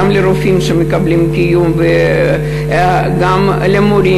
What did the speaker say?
גם לרופאים שמקבלים מלגות קיום וגם למורים